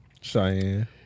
Cheyenne